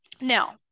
now